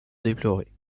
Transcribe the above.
déplorer